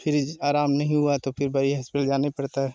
फिर आराम नहीं हुआ तो फिर बड़े हस्पिटल जाना पड़ता है